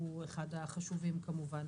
שהוא אחד החשובים כמובן.